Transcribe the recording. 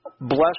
bless